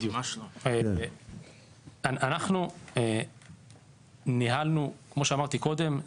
כמו שאמרתי קודם,